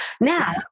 now